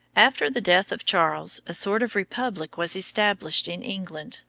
after the death of charles, a sort of republic was established in england,